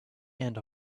and